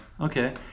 Okay